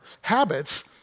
Habits